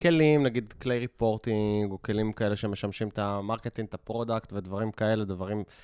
כלים, נגיד כלי ריפורטינג, כלים כאלה שמשמשים את המרקטינג, את הפרודקט ודברים כאלה, דברים...